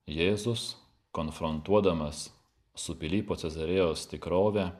jėzus konfrontuodamas su pilypo cezarėjos tikrove